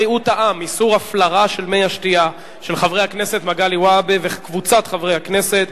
איסור חברות בדירקטוריון של בנק ושל חברה ציבורית נוספת)